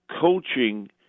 coaching